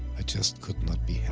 i just could not be